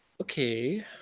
Okay